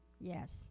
yes